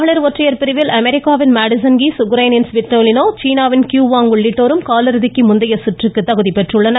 மகளிர் ஒற்றையர் பிரிவில் அமெரிக்காவின் மேடிசன் கீஸ் உக்ரைனின் ஸ்விட்டோலினா சீனாவின் க்யூ வாங் உள்ளிட்டோரும் காலிறுதிக்கு முந்தைய சுந்றுக்கு தகுதி பெற்றுள்ளனர்